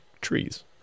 Trees